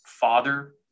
father